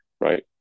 Right